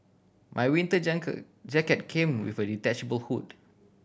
my winter jacket came with a detachable hood